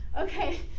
Okay